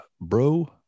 bro